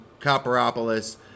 Copperopolis